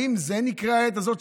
האם זה נקרא העת הזאת,